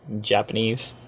japanese